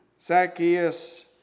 Zacchaeus